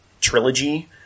trilogy